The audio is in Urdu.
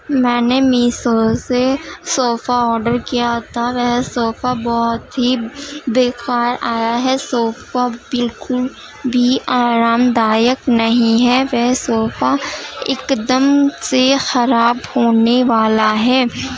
میں نے میسو سے صوفہ آڈر کیا تھا وہ صوفہ بہت ہی بیکار آیا ہے صوفہ بالکل بھی آرام دایک نہیں ہے وہ صوفہ ایک دم سے خراب ہونے والا ہے